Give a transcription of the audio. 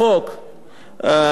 לא יאושר,